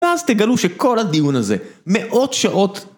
ואז תגלו שכל הדיון הזה מאות שעות